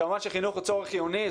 כמובן שחינוך הוא צורך חיוני.